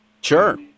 Sure